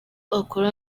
akora